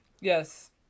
Yes